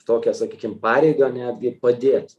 tokią sakykim pareigą netgi padėt